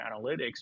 analytics